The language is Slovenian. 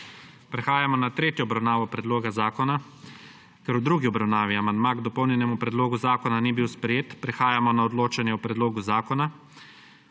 Prehajamo na tretjo obravnavo predloga zakona. Ker v drugi obravnavi amandma k dopolnjenemu predlogu zakona ni bil sprejet prehajamo na odločanje o predlogu zakona.